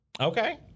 okay